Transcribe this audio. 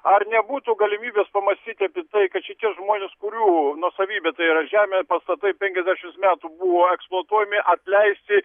ar nebūtų galimybės pamąstyti apie tai kad šitie žmonės kurių nuosavybė tai yra žemė pastatai penkiasdešimt metų buvo eksplotuojami atleisti